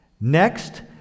Next